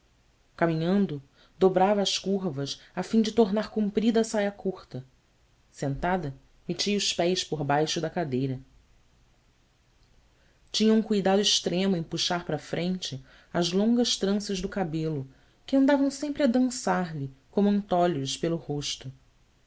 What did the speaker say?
caminhando dobrava as curvas a fim de tornar comprida a saia curta sentada metia os pés por baixo da cadeira tinha um cuidado extremo em puxar para a frente as longas tranças do cabelo que andavam sempre a dançar lhe como antolhos pelo rosto